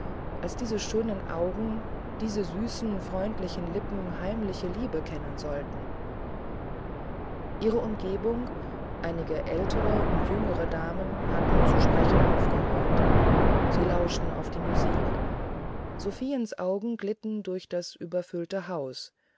als diese schönen augen diese süßen freundlichen lippen heimliche liebe kennen sollten ihre umgebungen einige ältere und jüngere damen hatten zu sprechen aufgehört sie lauschten auf die musik sophiens augen glitten durch das gefüllte haus